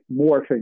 morphing